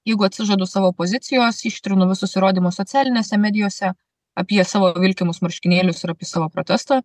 jeigu atsižadu savo pozicijos ištrinu visus įrodymus socialinėse medijose apie savo vilkimus marškinėlius ir apie savo protestą